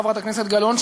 חברת הכנסת גלאון,